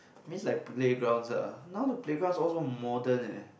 miss like playgrounds ah now the playgrounds also modern eh